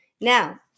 now